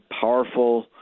powerful